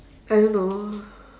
I don't know